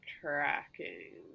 tracking